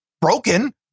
broken